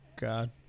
God